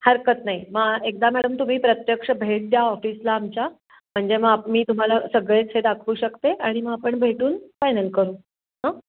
हरकत नाही मग एकदा मॅडम तुम्ही प्रत्यक्ष भेट द्या ऑफिसला आमच्या म्हणजे मग आप मी तुम्हाला सगळेच हे दाखवू शकते आणि मग आपण भेटून फायनल करू हं